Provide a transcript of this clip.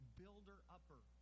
builder-upper